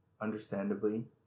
understandably